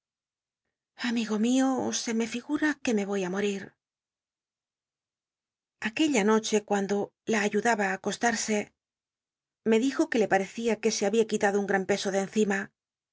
amigo mio se me figura que me voy i morir aquella noche cuando la ayuduba á acoslar c me dijo que le parecía que se había qu itado un gran peso de encima